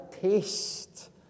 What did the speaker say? taste